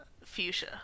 fuchsia